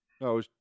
no